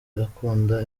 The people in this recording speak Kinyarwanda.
akunda